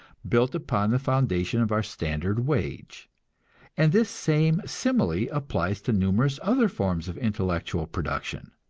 built upon the foundation of our standard wage and this same simile applies to numerous other forms of intellectual production.